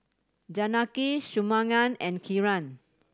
Janaki Shunmugam and Kiran